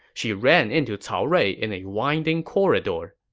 she ran into cao rui in a winding corridor.